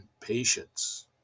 patience